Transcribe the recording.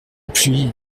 pluie